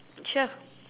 sure